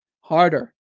harder